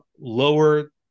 lower